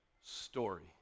story